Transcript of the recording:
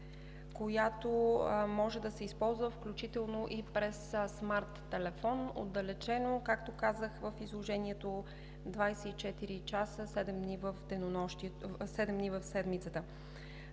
която може да се използва, включително и през смарттелефон, отдалечено, както казах в изложението – 24 часа в денонощието 7 дни в седмицата.